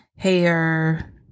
hair